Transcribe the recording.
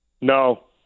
No